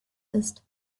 ist